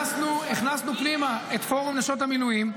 הכנסנו פנימה את פורום נשות המילואים,